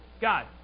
God